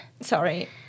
sorry